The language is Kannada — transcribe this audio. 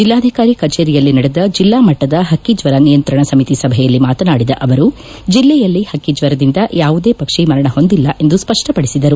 ಜಲ್ಲಾಧಿಕಾರಿ ಕಚೇರಿಯಲ್ಲಿ ನಡೆದ ಜಿಲ್ಲಾ ಮಟ್ಟದ ಪಕ್ಕಿ ಜ್ವರ ನಿಯಂತ್ರಣ ಸಮಿತಿ ಸಭೆಯಲ್ಲಿ ಮಾತನಾಡಿದ ಅವರು ಜಿಲ್ಲೆಯಲ್ಲಿ ಪಕ್ಷಿಜ್ವರದಿಂದ ಯಾವುದೇ ಪಕ್ಷಿ ಮರಣ ಹೊಂದಿಲ್ಲ ಎಂದು ಸ್ತ ್ವಪಡಿಸಿದರು